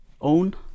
own